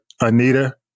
Anita